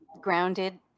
grounded